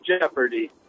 Jeopardy